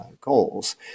goals